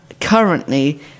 currently